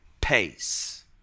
pace